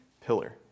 pillar